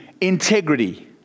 integrity